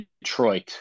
Detroit